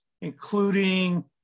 including